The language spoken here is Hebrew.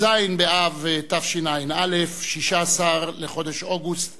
ט"ז באב התשע"א, 16 לחודש אוגוסט